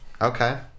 Okay